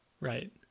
Right